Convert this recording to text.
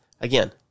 again